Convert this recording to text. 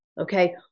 okay